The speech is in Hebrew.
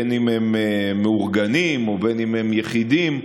בין שהם מאורגנים ובין שהם יחידים,